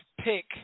pick